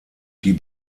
die